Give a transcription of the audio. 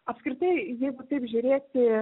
apskritai jeigu taip žiūrėti